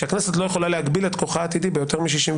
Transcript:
שהכנסת לא יכולה להגביל את כוחה העתידי ביותר מ-61.